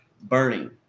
burning